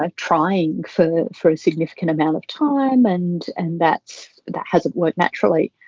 ah trying for for a significant amount of time and and that's that hasn't worked naturally.